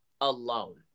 alone